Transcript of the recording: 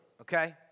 okay